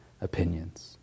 opinions